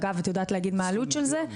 אגב, את יודעת להגיד מה העלות של זה,